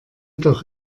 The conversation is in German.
doch